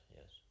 yes